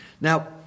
Now